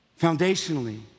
Foundationally